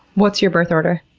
what's your birth order?